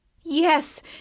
Yes